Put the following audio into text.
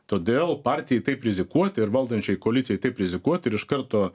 todėl patijai taip rizikuoti ir valdančiai koalicijai taip rizikuoti ir iš karto